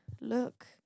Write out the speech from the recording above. look